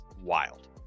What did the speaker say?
wild